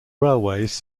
railways